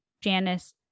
Janice